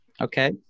okay